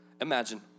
imagine